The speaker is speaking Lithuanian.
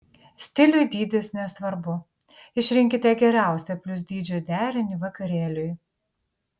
stiliui dydis nesvarbu išrinkite geriausią plius dydžio derinį vakarėliui